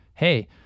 Hey